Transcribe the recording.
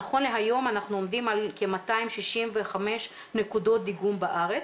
נכון להיום אנחנו עומדים על כ-265 נקודות דיגום בארץ,